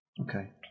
Okay